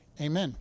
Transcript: Amen